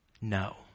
No